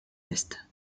est